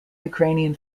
ukrainian